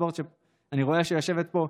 שאני רואה שיושבת פה,